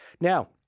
Now